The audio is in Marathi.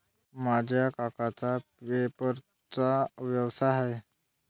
माझ्या काकांचा पेपरचा व्यवसाय आहे